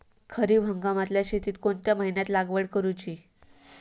खरीप हंगामातल्या शेतीक कोणत्या महिन्यात लागवड करूची?